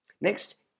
Next